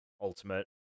Ultimate